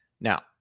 Now